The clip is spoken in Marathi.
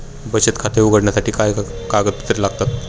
बचत खाते उघडण्यासाठी काय कागदपत्रे लागतात?